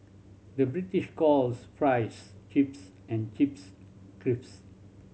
the British calls fries chips and chips